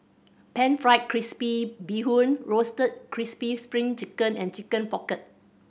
Pan Fried Crispy Bee Hoon Roasted Crispy Spring Chicken and Chicken Pocket